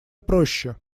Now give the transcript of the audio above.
проще